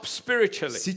spiritually